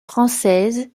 française